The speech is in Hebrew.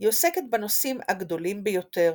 היא עוסקת בנושאים הגדולים ביותר,